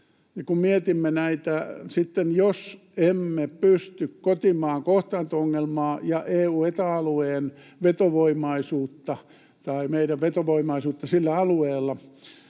kun mietimme, että jos emme pysty kotimaan kohtaanto-ongelmaa ja meidän vetovoimaisuutta EU- ja Eta-alueella